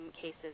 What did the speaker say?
cases